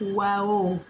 wow